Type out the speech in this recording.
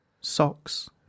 Socks